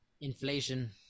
Inflation